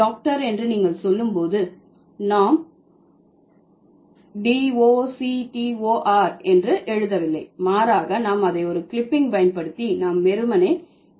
doctor என்று நீங்கள் சொல்லும் போது நாம் d o c t o r என்று எழுதவில்லை மாறாக நாம் அதை ஒரு கிளிப்பிங் பயன்படுத்தி நாம் வெறுமனே Dr